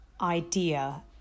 idea